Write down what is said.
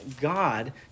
God